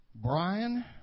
Brian